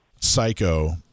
psycho